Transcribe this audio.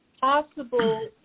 possible